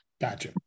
gotcha